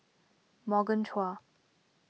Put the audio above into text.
Morgan Chua